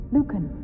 Lucan